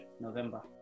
November